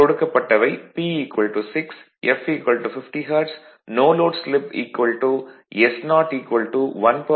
கொடுக்கப்பட்டவை P 6 f 50 hertz no load slip s0 1 0